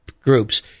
groups